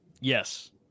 Yes